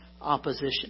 opposition